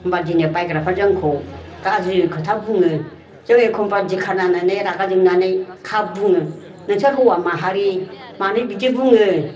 होनबा दिनै बायग्राफ्रा जोंखौ गाज्रि खोथा बुङो जों एखनबा दिखारनांनानै रागा जोंनानै खाब बुङो नोंसोर हौवा माहारि मानो बिदि बुङो